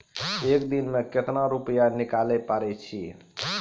एक दिन मे केतना रुपैया निकाले पारै छी?